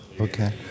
Okay